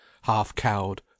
half-cowed